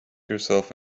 yourself